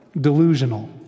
delusional